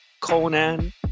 Conan